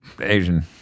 Asian